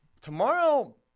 Tomorrow